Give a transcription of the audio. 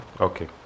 Okay